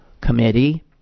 committee